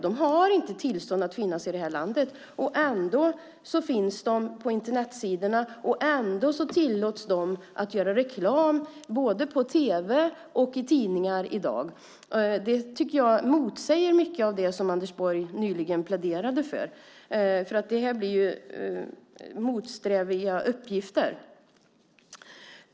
De har inte tillstånd att finnas i det här landet. Ändå finns de på Internetsidorna, och ändå tillåts de att göra reklam både i tv och i tidningar i dag. Det tycker jag motsäger mycket av det som Anders Borg nyligen pläderade för. Det här blir ju motstridiga uppgifter.